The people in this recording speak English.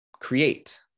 create